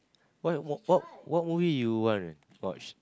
what what what movie you want watch